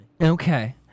okay